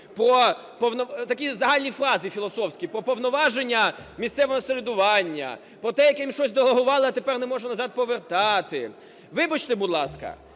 про… такі загальні фрази філософські про повноваження місцевого самоврядування, про те, яким щось делегували, а тепер не можуть назад повертати. Вибачте, будь ласка,